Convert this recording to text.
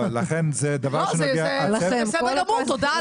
תודה על